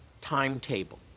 timetable